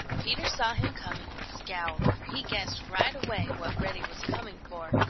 peter saw him coming and scowled, for he guessed right away what reddy was coming for,